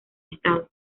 estado